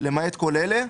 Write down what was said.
למעט כל אלה:"